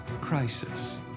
crisis